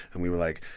and we were like,